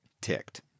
ticked